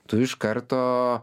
tu iš karto